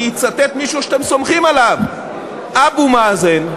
אני אצטט מישהו שאתם סומכים עליו: אבו מאזן,